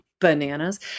bananas